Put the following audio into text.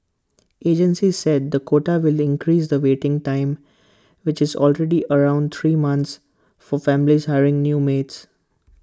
agencies said the quota will increase the waiting time which is already around three months for families hiring new maids